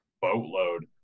boatload